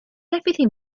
everything